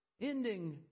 ending